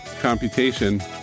computation